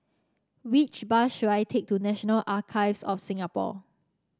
which bus should I take to National Archives of Singapore